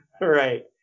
Right